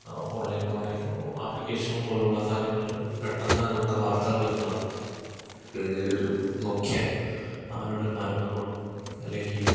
ഓൺലൈനെന്നു പറയുമ്പോൾ ആപ്ലിക്കേഷനുകൾ പോലെയുള്ള സാധനങ്ങളിൽ പെട്ടെന്ന് നമുക്ക് വാർത്തകൾ വരുന്നതാണ് ഇപ്പേതേലൊരു മുഖ്യ ആരുടെ മരണങ്ങളോ അല്ലെങ്കിൽ